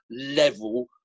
level